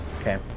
Okay